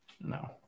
No